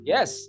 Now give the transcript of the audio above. Yes